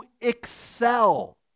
excel